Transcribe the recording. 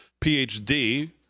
PhD